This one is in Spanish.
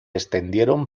extendieron